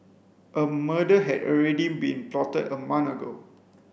a murder had already been plotted a month ago